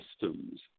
systems